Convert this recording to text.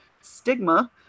stigma